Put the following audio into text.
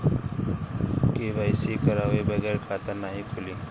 KYC करवाये बगैर खाता नाही खुली?